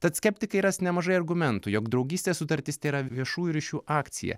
tad skeptikai ras nemažai argumentų jog draugystės sutartis tėra viešųjų ryšių akcija